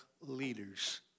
leaders